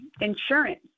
insurance